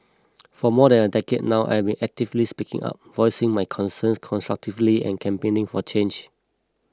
for more than a decade now I've been actively speaking up voicing my concerns constructively and campaigning for change